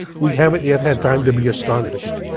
we haven't yet had time to be astonished.